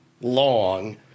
long